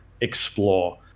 explore